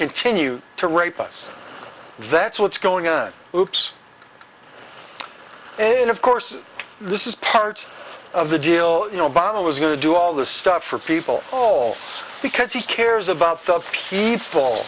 continue to rape us that's what's going on hoops and of course this is part of the deal you know obama was going to do all this stuff for people all because he cares about